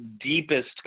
deepest